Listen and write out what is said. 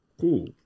Cool